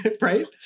Right